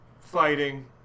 fighting